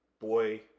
boy